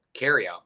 carryout